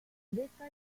detta